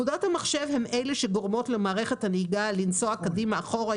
פקודות המחשב הן אלה שגורמות למערכת הנהיגה לנסוע קדימה ואחורה,